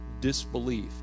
disbelief